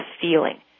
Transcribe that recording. feeling